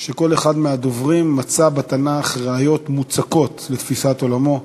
שכל אחד מהדוברים מצא בתנ"ך ראיות מוצקות לתפיסת עולמו,